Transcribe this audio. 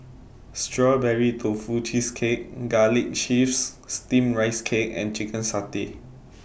Strawberry Tofu Cheesecake Garlic Chives Steamed Rice Cake and Chicken Satay